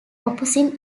opposing